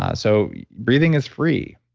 ah so breathing is free,